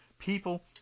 People –